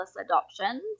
adoptions